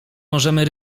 możemy